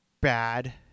bad